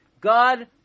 God